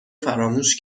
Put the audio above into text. فراموش